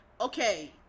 okay